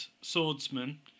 swordsman